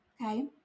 Okay